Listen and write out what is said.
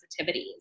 sensitivities